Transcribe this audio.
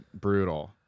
brutal